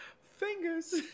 Fingers